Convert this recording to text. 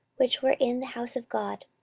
which were in the house of god.